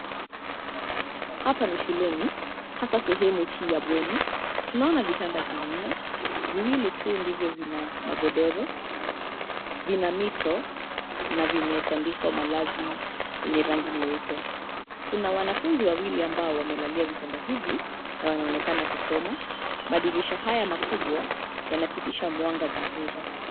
Hapa ni shuleni hasa sehemu hii ya bweni, tunaona vitanda vinne, viwili tu ndivyo vina magodoro, vina mito na vimetandikwa malazi yenye rangi nyeupe. Kuna wanafunzi wawili ambao wamelalia vitanda hivi na wanaonekana kusoma. Madirisha haya makubwa yanapitisha mwanga vizuri.